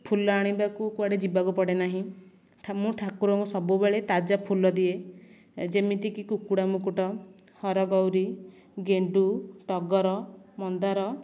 ଫୁଲ ଆଣିବାକୁ କୁଆଡ଼େ ଯିବାକୁ ପଡ଼େ ନାହିଁ ମୁଁ ଠାକୁରଙ୍କୁ ସବୁବେଳେ ତାଜା ଫୁଲ ଦିଏ ଯେମିତି କି କୁକୁଡ଼ା ମୁକୁଟ ହରଗୌରୀ ଗେଣ୍ଡୁ ଟଗର ମନ୍ଦାର